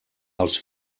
els